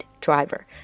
driver